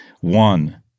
One